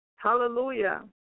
Hallelujah